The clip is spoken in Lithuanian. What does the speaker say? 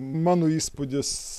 mano įspūdis